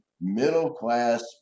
middle-class